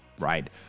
right